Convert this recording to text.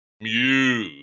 Mew